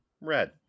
Red